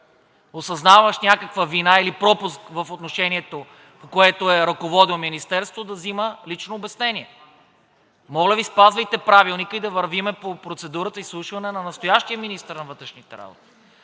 осъзнаващ някаква вина или пропуск в отношението, по което е ръководил Министерството, да взима лично обяснение. Моля Ви, спазвайте Правилника и да вървим по процедурата изслушване на настоящия министър на вътрешните работи.